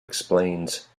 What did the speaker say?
explains